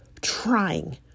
trying